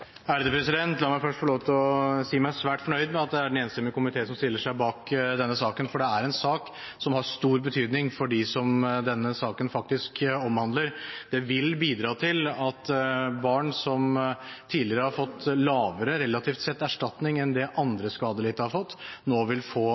en enstemmig komité som stiller seg bak denne saken. Dette er en sak som har stor betydning for dem som denne saken faktisk omhandler. Det vil bidra til at barn som tidligere har fått relativt sett lavere erstatning enn det andre skadelidte har fått, nå vil få